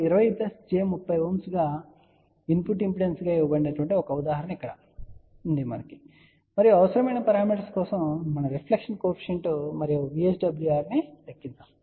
కాబట్టి ZA 20 j 30 Ω input impedance గా ఇవ్వబడిన ఒక ఉదాహరణ ఇక్కడ ఉంది మరియు అవసరమైన పారామీటర్స్ మనం రిఫ్లెక్షన్ కోఎఫిషియంట్ మరియు VSWR ను లెక్కించాలనుకుంటున్నాము